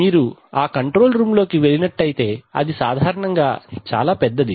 మీరు ఆ control room లోకి వెళ్ళినట్లయితే అది సాధారణంగా చాలా పెద్దది